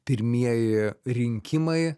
pirmieji rinkimai